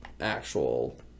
actual